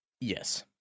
yes